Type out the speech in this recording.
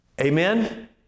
Amen